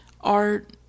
art